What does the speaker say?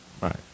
Right